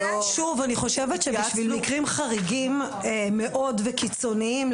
אני חושבת שבשביל מקרים חריגים מאוד וקיצוניים,